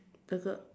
the girl